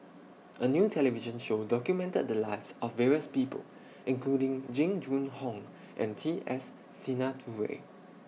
A New television Show documented The Lives of various People including Jing Jun Hong and T S Sinnathuray